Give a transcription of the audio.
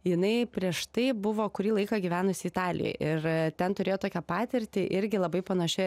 jinai prieš tai buvo kurį laiką gyvenusi italijoj ir ten turėjo tokią patirtį irgi labai panašioj